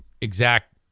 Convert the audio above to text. exact